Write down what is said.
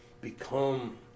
become